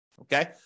okay